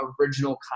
original